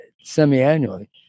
semi-annually